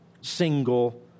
single